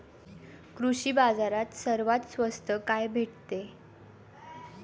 कृषी बाजारात सर्वात स्वस्त काय भेटते?